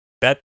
Bet